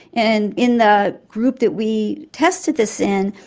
and in the group that we tested this in,